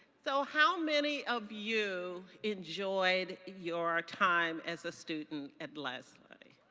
so how many of you enjoyed your time as a student at lesley?